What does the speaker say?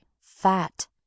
fat